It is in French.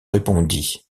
répondit